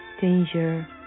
danger